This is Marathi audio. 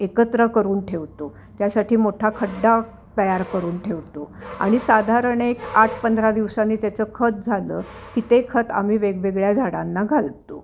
एकत्र करून ठेवतो त्यासाठी मोठा खड्डा तयार करून ठेवतो आणि साधारण एक आठ पंधरा दिवसांनी त्याचं खत झालं की ते खत आम्ही वेगवेगळ्या झाडांना घालतो